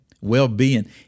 well-being